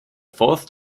fourth